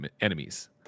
enemies